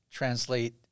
translate